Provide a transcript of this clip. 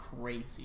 crazy